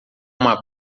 uma